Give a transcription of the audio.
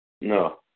No